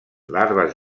larves